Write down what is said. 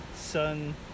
Sun